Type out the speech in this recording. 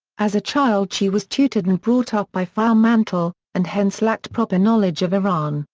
as a child she was tutored and brought up by frau mantel, and hence lacked proper knowledge of iran,